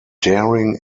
daring